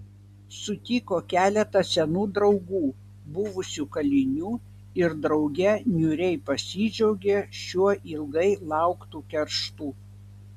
sutiko keletą senų draugų buvusių kalinių ir drauge niūriai pasidžiaugė šiuo ilgai lauktu kerštu